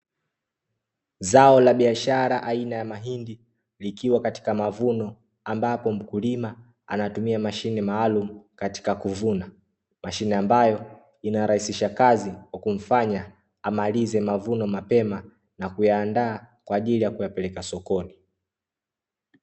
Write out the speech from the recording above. Zao la biashara aina ya mahindi likiwa katika mavuno, ambapo mkulima anatumia mashine maalumu katika kuvuna. Mashine ambayo inarahisisha kazi kwa kumfanya amalize mavuno mapema, na kuyaandaa kwa ajili ya kuyapeleka sokoni.